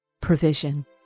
Provision